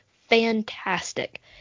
fantastic